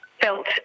felt